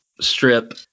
strip